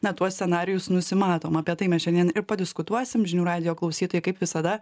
na tuos scenarijus nusimatom apie tai mes šiandien ir padiskutuosim žinių radijo klausytojai kaip visada